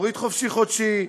להוריד חופשי חודשי,